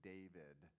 David